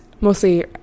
mostly